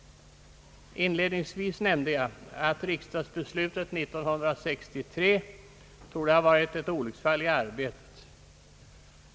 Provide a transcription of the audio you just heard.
Inledningsvis nämnde jag att riksdagsbeslutet 1963 torde ha varit ett olycksfall i arbetet.